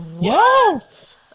Yes